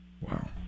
Wow